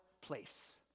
place